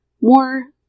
more